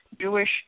Jewish